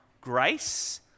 grace